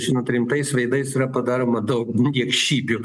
žinant rimtais veidais yra padaroma daug niekšybių